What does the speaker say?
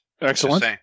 Excellent